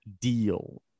deal